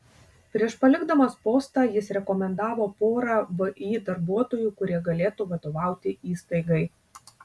prieš palikdamas postą jis rekomendavo porą vį darbuotojų kurie galėtų vadovauti įstaigai